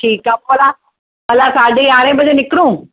ठीकु आहे भला भला साॾी यारहं बजे निकरूं